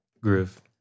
Groove